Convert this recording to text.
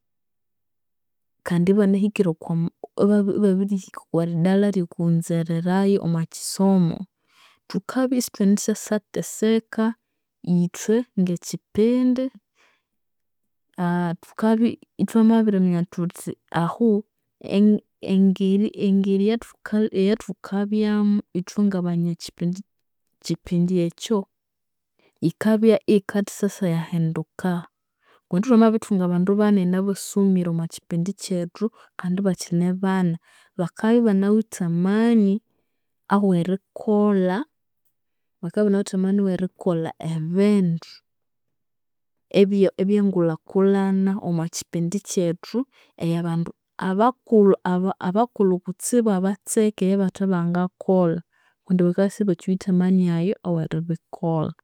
Kandi ibanahikire okwama iba- ibabirihika okwaridara eryerighunzererayu omwakyisomo. Thukabya isithwendithasateseka, ithwe ngekyipindi thuka thukabya ithwamabiriminya thuthi ahu engeri eyathu eyathukabyamu ithwe ngabanyakyipi kyipindi ekyo, yikabya iyikathasyayahinduka, kundi thwamabirithunga abandu banene abasomire omwakyipindi kyethu kandi ibakyine bana bakabya ibanawithe amani awerikolha, bakabya ibanawithe amani awerikolha ebindu ebyengulhakulhana omwakyipindi kyethu ebyabandu abakulhu abakulhu kutsibu abatseke ebyabathebangakolha kundi bakabya isibakyiwithe amani ayu aweribikolha.